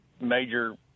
major